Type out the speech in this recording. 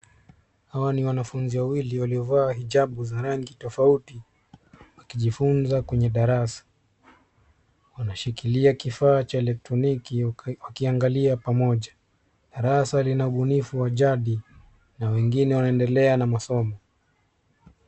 Hawa ni wanafunzi wawili waliovaa hijabu za rangi tofauti wakijifunza kwenye darasa. Wanashikilia kifaa cha elektroniki wakiangalia pamoja. Darasa lina ubunifu wa jadi na wengine wanaendelea na masomo.